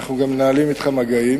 ואנחנו גם מנהלים אתכם מגעים.